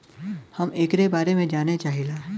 हम एकरे बारे मे जाने चाहीला?